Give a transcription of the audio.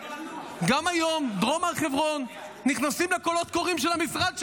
גם היום דרום הר חברון נכנסים לקולות קוראים של המשרד שלי.